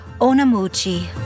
Onamuchi